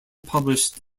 published